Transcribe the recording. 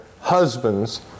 Husbands